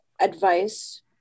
advice